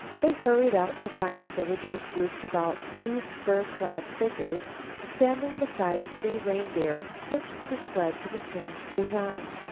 they hurried out to find the villagers grouped about three fur-clad figures standing beside three reindeer hitched to sleds of a strange design.